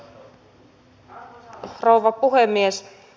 arvoisa rouva puhemies